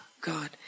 God